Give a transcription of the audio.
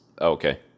Okay